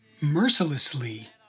mercilessly